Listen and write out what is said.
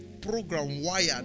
program-wired